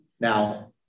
Now